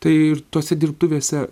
tai ir tose dirbtuvėse